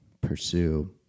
pursue